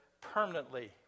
permanently